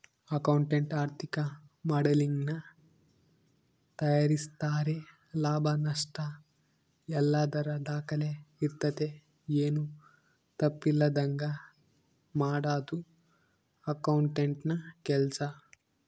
accountant ಆರ್ಥಿಕ ಮಾಡೆಲಿಂಗನ್ನ ತಯಾರಿಸ್ತಾರೆ ಲಾಭ ನಷ್ಟಯಲ್ಲದರ ದಾಖಲೆ ಇರ್ತತೆ, ಏನು ತಪ್ಪಿಲ್ಲದಂಗ ಮಾಡದು ಅಕೌಂಟೆಂಟ್ನ ಕೆಲ್ಸ